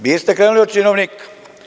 Vi ste krenuli od činovnika.